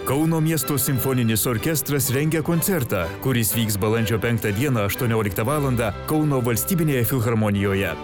kauno miesto simfoninis orkestras rengia koncertą kuris vyks balandžio penktą dieną aštuonioliktą valandą kauno valstybinėje filharmonijoje